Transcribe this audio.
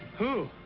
who?